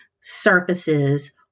surfaces